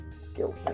skill